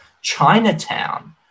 Chinatown